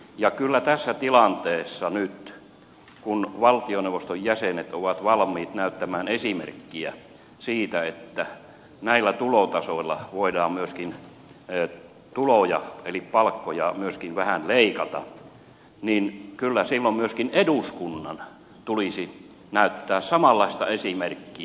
ja kyllä tässä tilanteessa nyt kun valtioneuvoston jäsenet ovat valmiit näyttämään esimerkkiä siitä että näillä tulotasoilla voidaan myöskin tuloja eli palkkoja vähän leikata silloin myöskin eduskunnan tulisi näyttää samanlaista esimerkkiä